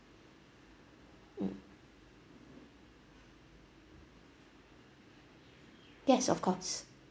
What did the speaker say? mm yes of course